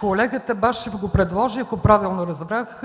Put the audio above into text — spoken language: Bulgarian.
Колегата Башев го предложи, ако правилно разбрах.